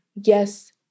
yes